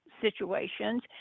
situations